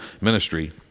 ministry